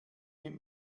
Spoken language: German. mit